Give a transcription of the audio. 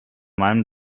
meinem